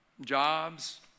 Jobs